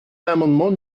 l’amendement